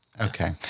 Okay